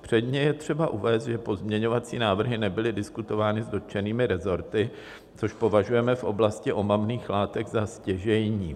Předně je třeba uvést, že pozměňovací návrhy nebyly diskutovány s dotčenými resorty, což považujeme v oblasti omamných látek za stěžejní.